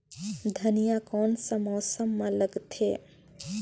धनिया कोन सा मौसम मां लगथे?